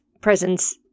presence